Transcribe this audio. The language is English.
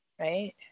Right